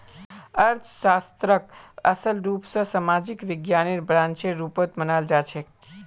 अर्थशास्त्रक असल रूप स सामाजिक विज्ञानेर ब्रांचेर रुपत मनाल जाछेक